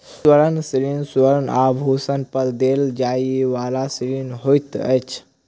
स्वर्ण ऋण स्वर्ण आभूषण पर देल जाइ बला ऋण होइत अछि